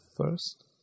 first